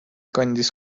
kandis